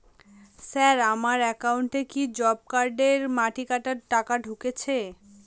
Sir আমার একাউন্টে কি জব কার্ডের মাটি কাটার টাকা ঢুকেছে?